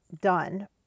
done